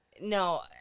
No